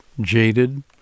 jaded